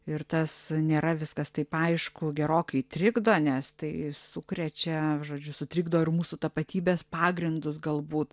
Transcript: ir tas nėra viskas taip aišku gerokai trikdo nes tai sukrečia žodžiu sutrikdo ir mūsų tapatybės pagrindus galbūt